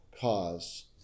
cause